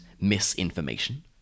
misinformation